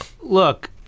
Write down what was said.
Look